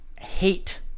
hate